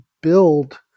build